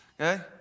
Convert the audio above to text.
Okay